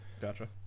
gotcha